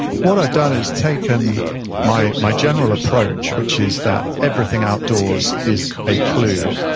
what i've done is taken my my general approach, which is that everything outdoors is a clue,